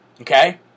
Okay